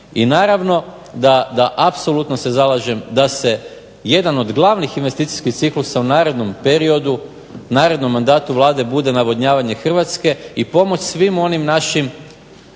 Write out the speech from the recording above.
I naravno da apsolutno se zalažem da se jedan od glavnih investicijskih iznosa u narednom periodu narednom mandatu Vlade bude navodnjavanje Hrvatske i pomoć svim onim našim